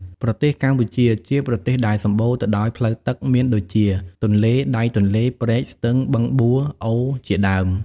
ប្រទេសកម្ពុជា ជាប្រទេសដែលសម្បូរទៅដោយផ្លូវទឹកមានដូចជា ទន្លេ ដៃទន្លេ ព្រែក ស្ទឹង បឹងបួរ អូរជាដើម។